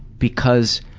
because.